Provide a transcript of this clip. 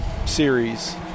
Series